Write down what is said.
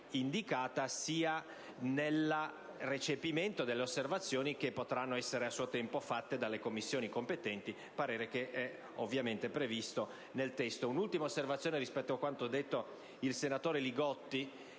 indicata, sia nel recepimento delle osservazioni che potranno essere a suo tempo fatte dalle Commissioni competenti (pareri che sono ovviamente previsti nel testo). Faccio un'ultima osservazione rispetto a quanto detto dal senatore Li Gotti,